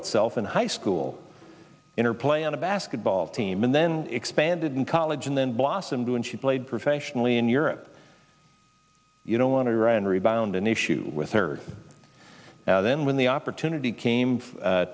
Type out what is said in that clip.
itself in high school in her play on a basketball team and then expanded in college and then blossomed when she played professionally in europe you don't want to run rebound an issue with her now then when the opportunity came